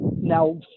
now